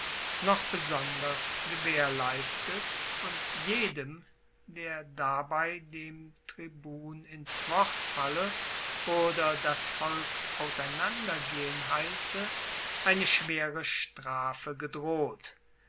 noch besonders gewaehrleistet und jedem der dabei dem tribun ins wort falle oder das volk auseinandergehen heisse eine schwere strafe gedroht